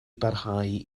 barhau